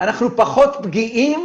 אנחנו פחות פגיעים